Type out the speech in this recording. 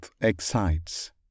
excites